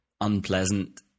unpleasant